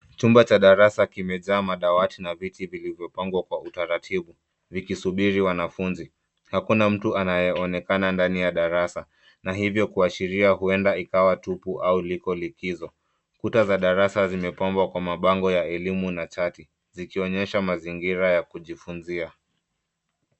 Chumba cha darasa kimejaa madawati na viti vilivyopangwa kwa utaratibu, vikisubiri wanafunzi. Hakuna mtu anayeonekana ndani ya darasa, na hivyo kuashiria huenda ikawa tupu au liko likizo. Kuta za darasa zimepambwa kwa mabango ya elimu na chati, zikionyesha mazingira ya kujifunzia.